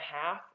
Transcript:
half